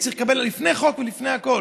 לפני חוק ולפני הכול,